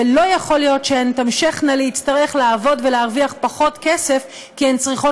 ולא יכול להיות שהן תמשכנה להצטרך לעבוד ולהרוויח פחות כסף כי הן צריכות